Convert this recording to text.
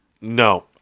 No